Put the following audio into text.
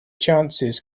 chances